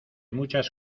muchas